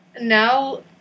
now